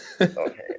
Okay